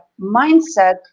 mindset